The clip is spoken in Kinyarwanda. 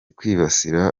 kwibasira